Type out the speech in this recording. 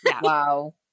wow